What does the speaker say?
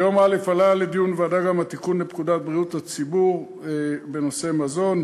ביום א' עלה לדיון בוועדה גם התיקון לפקודת בריאות הציבור בנושא מזון.